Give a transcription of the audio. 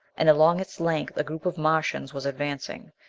and along its length a group of martians was advancing!